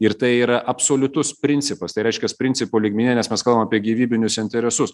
ir tai yra absoliutus principas tai reiškias principo lygmenyje nes mes kalbam apie gyvybinius interesus